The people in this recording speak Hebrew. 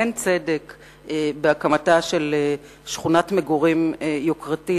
אין צדק בהקמתה של שכונת מגורים יוקרתית